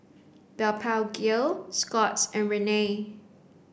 Blephagel Scott's and Rene